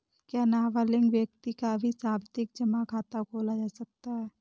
क्या नाबालिग व्यक्ति का भी सावधि जमा खाता खोला जा सकता है?